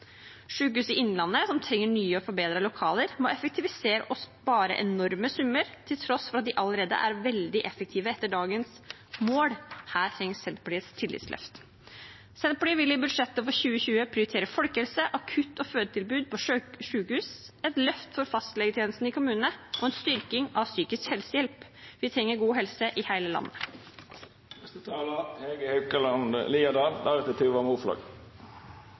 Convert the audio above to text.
utredet. Sykehuset Innlandet, som trenger nye og forbedrede lokaler, må effektivisere og spare enorme summer, til tross for at de allerede er veldig effektive etter dagens mål. Her trengs Senterpartiets tillitsløft. Senterpartiet vil i budsjettet for 2020 prioritere folkehelse, akutt- og fødetilbud på sykehus, et løft for fastlegetjenesten i kommunene og en styrking av psykisk helsehjelp. Vi trenger god helse i hele landet.